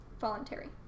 voluntary